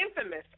infamous